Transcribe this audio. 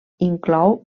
inclou